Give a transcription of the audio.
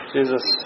Jesus